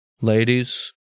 Ladies